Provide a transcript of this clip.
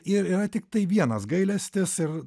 ir yra tiktai vienas gailestis ir